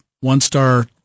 one-star